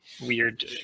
weird